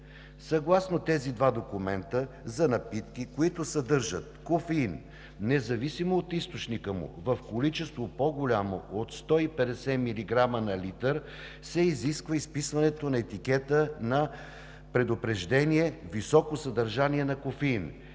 Съгласно тези два документа за напитки, които съдържат кофеин, независимо от източника му, в количество по-голямо от 150 милиграма на литър, се изисква изписването на етикета на предупреждение „Високо съдържание на кофеин.